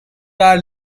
are